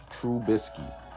Trubisky